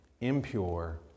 impure